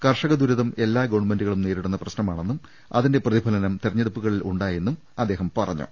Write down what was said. കർഷകരുടെ ദുരിതം എല്ലാ ഗവൺമെന്റുകളും നേരിടുന്ന പ്രശ്നമാണെന്നും അതിന്റെ പ്രതിഫലനം തെരഞ്ഞെടുപ്പിലുണ്ടായെന്നും അദ്ദേഹം പറഞ്ഞു